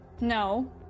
No